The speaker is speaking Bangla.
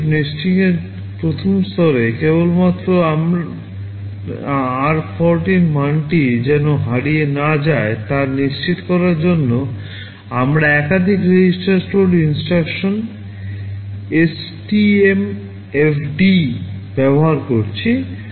নেস্টিংয়ের প্রথম স্তরে কেবলমাত্র আমার r14 মানটি যেন হারিয়ে না যায় তা নিশ্চিত করার জন্য আমরা একাধিক রেজিস্টার স্টোর INSTRUCTION STMFD ব্যবহার করছি